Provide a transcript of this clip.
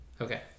okay